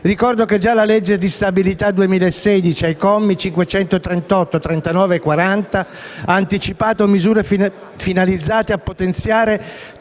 Ricordo che già la legge di stabilità 2016, ai commi 538, 539 e 540, ha anticipato misure finalizzate a potenziare